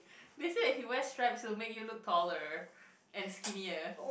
they say if you wear stripes it will make you look taller and skinnier